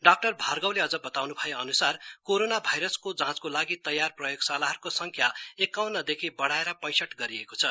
डा भागर्वले अझ बताए अन्सार कोरोमा भाइरसको जाँचको लागि तैयार प्रयोगशालाहरूको संख्या एकाउनदेखि बढ़ाएर पैसठ गरिएको छ